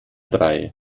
drei